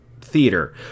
theater